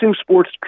sports